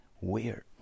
weird